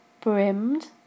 brimmed